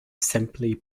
simply